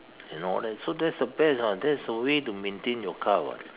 and all that so that's the best ah that's the way to maintain your car [what]